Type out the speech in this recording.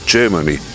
Germany